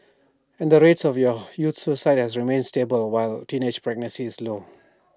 and the rates of your youth suicide have remained stable while teenage pregnancy is low